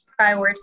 prioritize